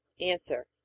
Answer